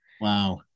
Wow